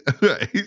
Right